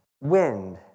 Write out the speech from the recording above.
wind